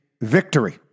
victory